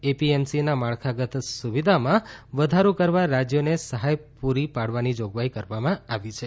એપીએમસીના માળખાગત સુવિધામાં વધારો કરવા રાજ્યોને સહાય પૂરી પાડવાની જોગવાઇ કરવામાં આવી છે